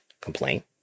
complaint